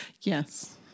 Yes